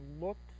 looked